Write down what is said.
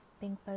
pink